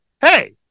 Hey